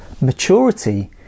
Maturity